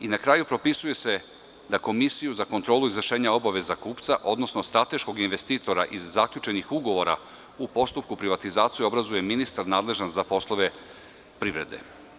Na kraju, propisuje se da Komisiju za kontrolu izvršenja obaveza kupca, odnosno strateškog investitora iz zaključenih ugovora u postupku privatizacije obrazuje ministar nadležan za poslove privrede.